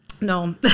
No